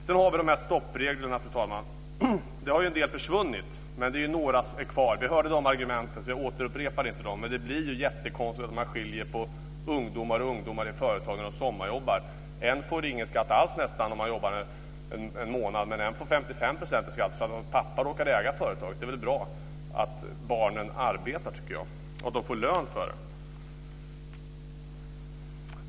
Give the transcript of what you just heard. Sedan har vi stoppreglerna, fru talman. En del har försvunnit, men några är kvar. Vi har hört argumenten, så jag upprepar inte dem. Men det blir ju jättekonstigt för ungdomar som sommarjobbar i företag: En får nästan ingen skatt alls om han jobbar i en månad, men en får 55 % i skatt för att hans pappa råkar äga företaget. Det är väl bra att barnen arbetar och får lön för det, tycker jag.